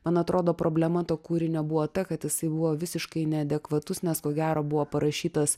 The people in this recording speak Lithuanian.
man atrodo problema to kūrinio buvo ta kad jisai buvo visiškai neadekvatus nes ko gero buvo parašytas